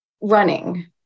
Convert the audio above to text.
running